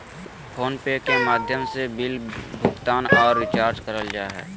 phone पे के माध्यम से बिल भुगतान आर रिचार्ज करल जा हय